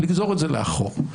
לגזור את זה לאחור.